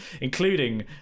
including